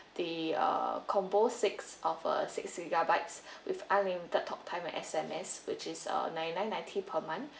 the uh combo six of a six gigabyte with unlimited talk time S_M_S which is uh ninety-nine ninety per month